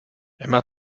emma